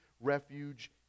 refuge